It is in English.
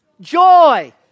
joy